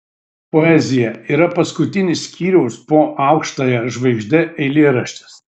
poezija yra paskutinis skyriaus po aukštąja žvaigžde eilėraštis